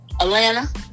Atlanta